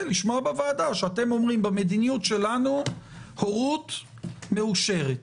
לשמוע בוועדה שאתם אומרים: במדיניות שלנו הורות מאושרת.